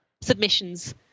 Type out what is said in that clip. submissions